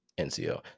NCO